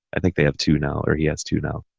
i think they have two now or he has two now.